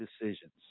decisions